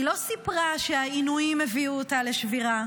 היא לא סיפרה שהעינויים הביאו אותה לשבירה,